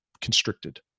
constricted